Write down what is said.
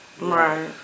Right